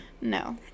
No